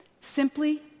simply